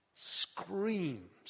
screams